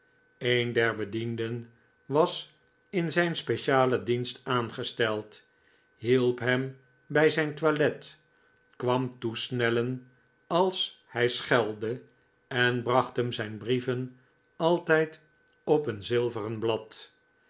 een der bedienden was in zijn specialen dienst aangesteld hielp hem bij zijn toilet kwam toesnellen als hij schelde en bracht hem zijn brieven altijd op een zilveren blad